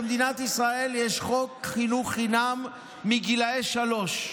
במדינת ישראל יש חוק חינוך חינם מגיל שלוש.